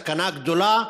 סכנה גדולה,